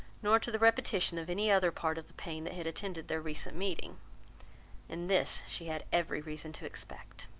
nor to the repetition of any other part of the pain that had attended their recent meeting and this she had every reason to expect.